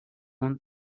month